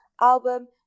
album